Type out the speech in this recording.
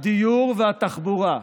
הדיור והתחבורה.